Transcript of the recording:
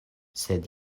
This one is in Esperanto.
sed